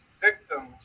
victims